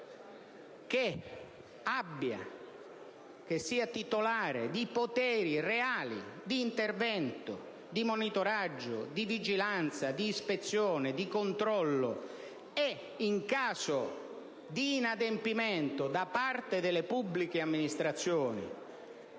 un'agenzia che sia titolare di poteri reali di intervento, di monitoraggio, di vigilanza, di ispezione, di controllo e che, in caso di inadempimento da parte delle pubbliche amministrazioni